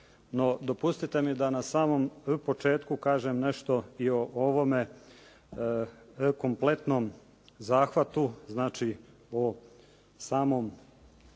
dopustite mi da na samom početku kažem nešto i o ovome kompletnom zahvatu, znači o samom